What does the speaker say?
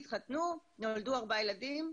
ונולדו להם ארבעה ילדים.